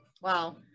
Wow